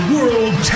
World